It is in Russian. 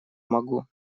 могу